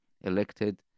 elected